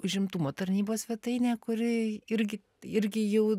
užimtumo tarnybos svetainė kuri irgi irgi jau